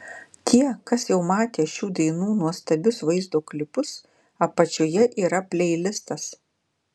tie kas jau matė šių dainų nuostabius vaizdo klipus apačioje yra pleilistas